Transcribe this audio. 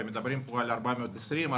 ומדברים פה על 420 שקל,